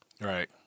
Right